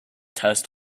test